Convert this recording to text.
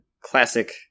classic